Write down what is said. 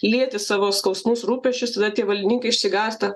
lieti savo skausmus rūpesčius tada tie valdininkai išsigąsta